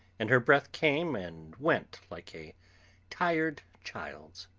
and her breath came and went like a tired child's.